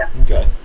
Okay